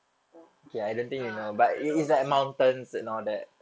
oh ah tak tahu